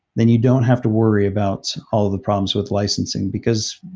then you don't have to worry about all the problems with licensing. because,